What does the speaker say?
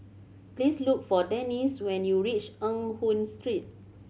please look for Denisse when you reach Eng Hoon Street